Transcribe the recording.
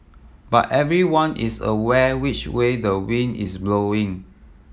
but everyone is aware which way the wind is blowing